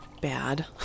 Bad